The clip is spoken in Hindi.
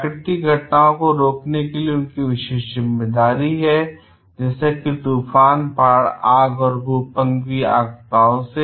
प्राकृतिक घटनाओं को रोकने के लिए उनकी विशेष जिम्मेदारी है जैसे कि तूफान बाढ़ आग और भूकंप आपदाओं से